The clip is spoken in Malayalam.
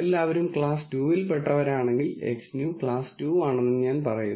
എല്ലാവരും ക്ലാസ്സ് 2 ൽ പെട്ടവരാണെങ്കിൽ Xnew ക്ലാസ് 2 ആണെന്ന് ഞാൻ പറയുന്നു